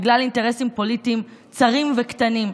בגלל אינטרסים פוליטיים צרים וקטנים,